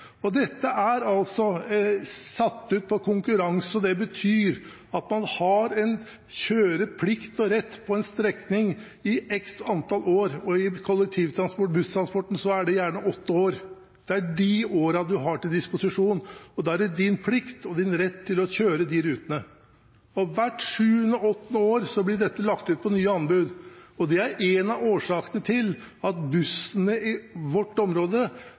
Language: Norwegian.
Bergen. Dette er satt ut for konkurranse. Det betyr at man har en kjøreplikt og -rett på en strekning i x antall år, og i busstransporten er det gjerne åtte år. Det er de årene man har til disposisjon, og da er det deres plikt og rett å kjøre de rutene. Hvert sjuende–åttende år blir dette lagt ut på anbud på nytt, og det er en av årsakene til at bussene i vårt område